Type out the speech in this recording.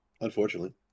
unfortunately